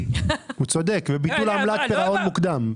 וביטול עמלת פירעון מוקדם.